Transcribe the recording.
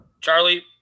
Charlie